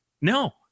no